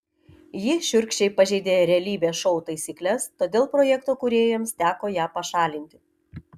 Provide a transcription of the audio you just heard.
ji šiurkščiai pažeidė realybės šou taisykles todėl projekto kūrėjams teko ją pašalinti